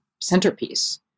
centerpiece